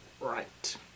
Right